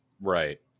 Right